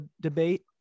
debate